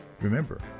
Remember